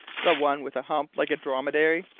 the one with a hump like a dromedary?